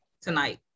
tonight